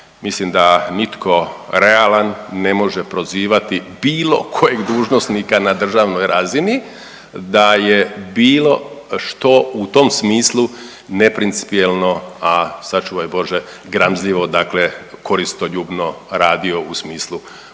mislim da nitko realan ne može prozivati bilo kojeg dužnosnika na državnoj razini da je bilo što u tom smislu neprincipijelno, a sačuvaj Bože gramzljivo dakle koristoljubno radio u smislu